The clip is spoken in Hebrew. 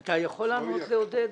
אתה יכול לענות לעודד?